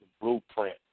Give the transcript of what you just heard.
blueprint